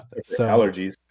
Allergies